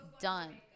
done